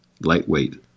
lightweight